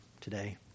today